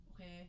okay